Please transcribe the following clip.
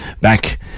back